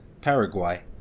Paraguay